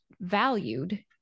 valued